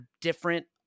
different